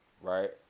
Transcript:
right